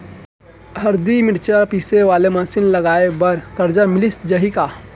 हरदी, मिरचा पीसे वाले मशीन लगाए बर करजा मिलिस जाही का?